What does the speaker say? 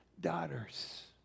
daughters